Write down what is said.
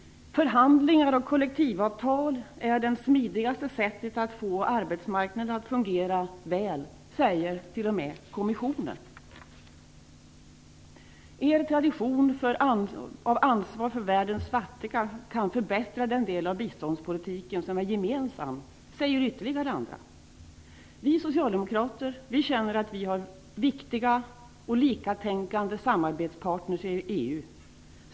Förhandlingar och kollektivavtal är det smidigaste sättet att få arbetsmarknaden att fungera väl, säger till och med kommissionen. Er tradition av ansvar för världens fattiga kan förbättra den del av biståndspolitiken som är gemensam, säger ytterligare andra. Vi socialdemokrater känner att vi har viktiga och likatänkande samarbetspartner i EU.